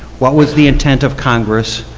what was the intent of congress.